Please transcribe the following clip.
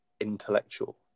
intellectual